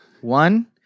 one